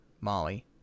Molly